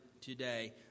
today